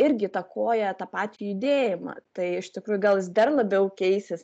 irgi įtakoja tą patį judėjimą tai iš tikrųjų gal jis dar labiau keisis